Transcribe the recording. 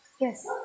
Yes